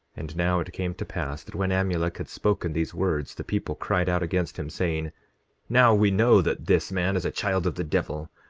and now it came to pass that when amulek had spoken these words the people cried out against him, saying now we know that this man is a child of the devil,